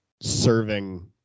serving